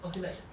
okay like